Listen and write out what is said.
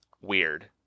weird